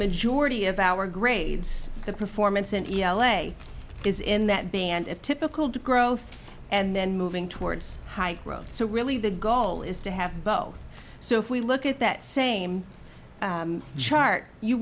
majority of our grades the performance in l a is in that band of typical growth and then moving towards high growth so really the goal is to have both so if we look at that same chart you